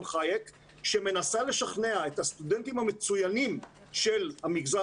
חאיק שמנסה לשכנע את הסטודנטים המצוינים של המגזר